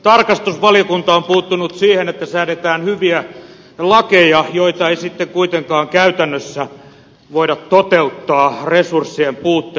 tarkastusvaliokunta on puuttunut siihen että säädetään hyviä lakeja joita ei sitten kuitenkaan käytännössä voida toteuttaa resurssien puutteen vuoksi